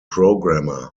programmer